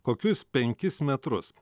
kokius penkis metrus